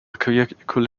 curricular